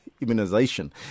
immunization